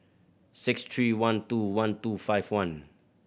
six three one two one two five one